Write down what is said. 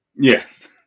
Yes